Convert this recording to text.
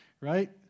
right